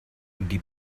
die